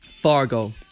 Fargo